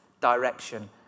direction